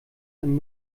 ein